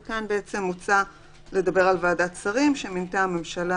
וכאן בעצם מוצע לדבר על ועדת שרים שמינתה הממשלה